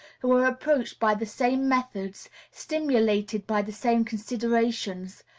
who are approached by the same methods, stimulated by the same considerations,